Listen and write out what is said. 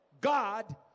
God